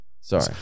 Sorry